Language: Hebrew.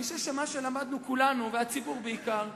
אני חושב שמה שלמדנו כולנו, והציבור בעיקר,